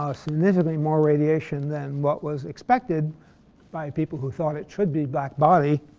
ah significantly more radiation than what was expected by people who thought it should be black-body.